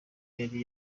yari